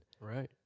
Right